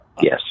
Yes